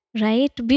Right